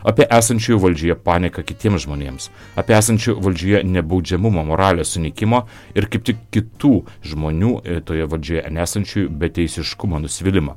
apie esančiųjų valdžioje panieką kitiems žmonėms apie esančių valdžioje nebaudžiamumo moralės sunykimo ir kaip tik kitų žmonių toje valdžioje nesančiųjų beteisiškumą nusivylimą